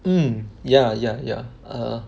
mm ya ya ya err